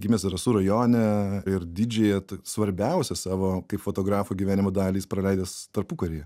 gimęs zarasų rajone ir didžiąją svarbiausią savo kaip fotografo gyvenimo dalį jis praleidęs tarpukaryje